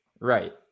right